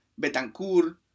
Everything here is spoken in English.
Betancourt